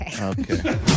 Okay